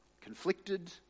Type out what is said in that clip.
Conflicted